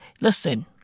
listen